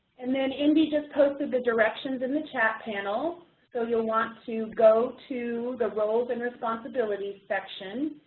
and then andy just posted the directions in the chat panel, so you'll want to go to the roles and responsibilities section,